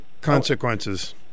consequences